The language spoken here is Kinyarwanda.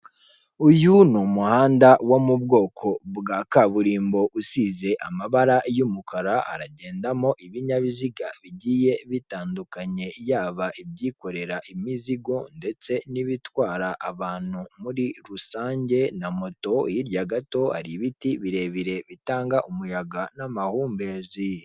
Inzu nshyashya igurishwa mu mujyi wa kigali mu gace ka kanombe ku mafaranga miliyoni mirongo icyenda n'imwe z'amanyarwanda, iyo nzu iri mu bwoko bwa cadasiteri isakajwe amabati ya shokora ndetse inzugi zayo zisa umukara ikaba iteye irangi ry'icyatsi, imbere y'iyo nzu hubatswe amapave.